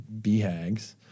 BHAGs